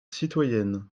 citoyennes